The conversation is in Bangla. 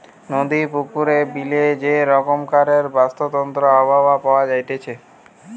নদী, পুকুরে, বিলে যে রকমকারের বাস্তুতন্ত্র আবহাওয়া পাওয়া যাইতেছে